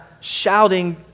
shouting